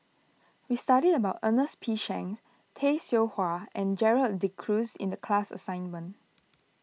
we studied about Ernest P Shanks Tay Seow Huah and Gerald De Cruz in the class assignment